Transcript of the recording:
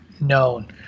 known